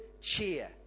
cheer